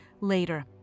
later